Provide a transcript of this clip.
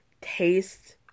taste